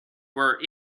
were